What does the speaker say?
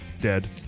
Dead